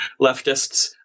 leftists